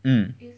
mm